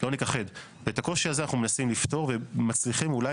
ואת הקושי הזה אנחנו מנסים לפתור ומצליחים אולי